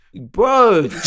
Bro